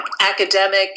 academic